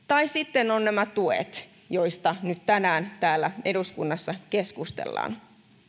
tai sitten ovat nämä tuet joista nyt tänään täällä eduskunnassa keskustellaan